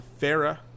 Farah